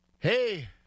Hey